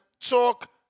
talk